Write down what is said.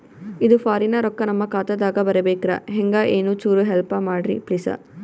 ಇದು ಫಾರಿನ ರೊಕ್ಕ ನಮ್ಮ ಖಾತಾ ದಾಗ ಬರಬೆಕ್ರ, ಹೆಂಗ ಏನು ಚುರು ಹೆಲ್ಪ ಮಾಡ್ರಿ ಪ್ಲಿಸ?